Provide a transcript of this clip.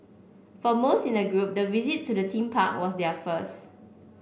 for most in the group the visit to the theme park was their first